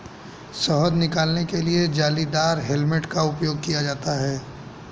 शहद निकालने के लिए जालीदार हेलमेट का उपयोग किया जाता है